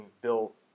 built